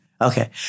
okay